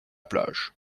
plage